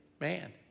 man